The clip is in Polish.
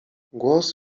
głos